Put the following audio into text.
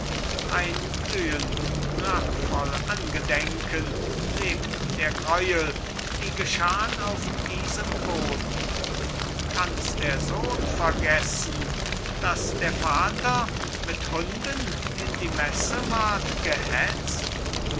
ein glühend rachvoll angedenken lebt der greuel die geschahn auf diesem boden und kanns der sohn vergessen daß der vater mit hunden in die messe ward gehetzt